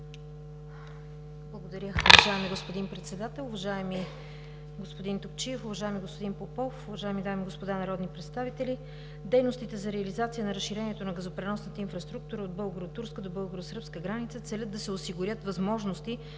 Благодаря, уважаеми господин Председател. Уважаеми господин Топчиев, уважаеми господин Попов, уважаеми дами и господа народни представители! Дейностите за реализация на разширението на газопреносната инфраструктура от българо-турската до българо-сръбската граница целят да се осигурят възможности